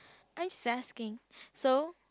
I am just asking so